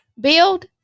Build